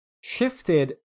shifted